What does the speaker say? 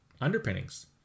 underpinnings